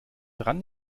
dran